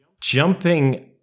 jumping